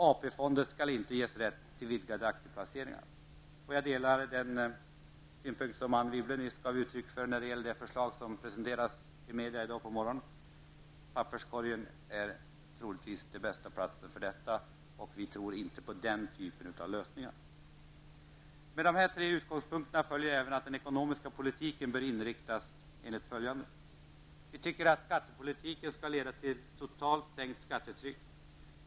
AP-fonden skall inte ges rätt till vidgade aktieplaceringar. Jag delar de synpunkter som Anne Wibble nyss anlade beträffande det förslag som presenterades i medierna i dag på morgonen. Papperskorgen är troligen den bästa platsen för förslaget. Vi tror inte på den typen av lösningar. Med dessa tre utgångspunkter följer även att den ekonomiska politiken bör inriktas enligt följande. Skattepolitiken skall leda till totalt sett en sänkning av skattetrycket.